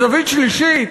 זווית שלישית,